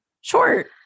short